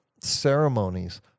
ceremonies